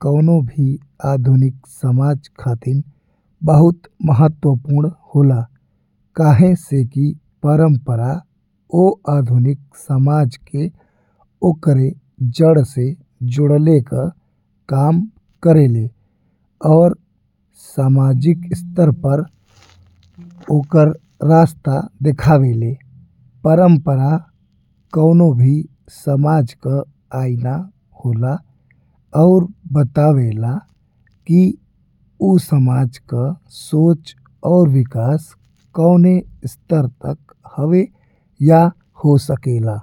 कऊनो भी आधुनिक समझ खातिर बहुत महत्वपूर्ण होला। काहें से कि परंपरा वो आधुनिक समाज के ओकर जड़ से जोड़ले के काम करेला और सामाजिक स्तर पर ओकरा रास्ता देखावेला, परंपरा कऊनो भी समाज का आईना होला। और बतावेला कि ऊ समाज का सोच और विकास कउने स्तर तक हवे या हो सकेला।